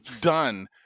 done